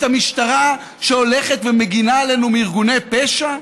את המשטרה שהולכת ומגינה עלינו מארגוני פשע?